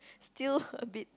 still a bit